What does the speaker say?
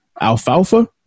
Alfalfa